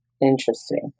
Interesting